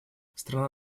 страна